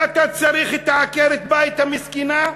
מה אתה צריך את עקרת-הבית המסכנה,